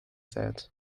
that